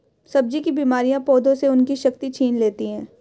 सब्जी की बीमारियां पौधों से उनकी शक्ति छीन लेती हैं